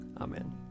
Amen